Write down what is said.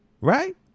right